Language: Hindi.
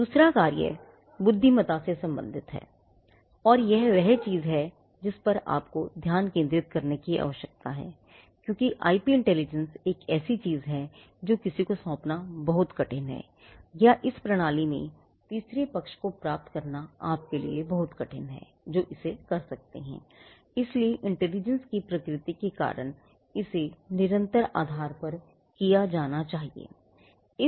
दूसरा कार्य बुद्धिमत्ता से संबंधित है और यह वह चीज है जिस पर आपको ध्यान केंद्रित करने की आवश्यकता है क्योंकि आईपी इंटेलीजेंस की प्रकृति के कारण इसे निरंतर आधार पर किया जाना चाहिए